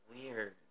weird